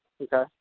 Okay